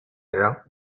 around